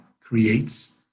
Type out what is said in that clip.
creates